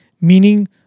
Meaning